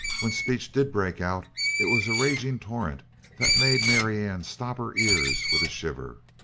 when speech did break out it was a raging torrent that made marianne stop her ears with a shiver.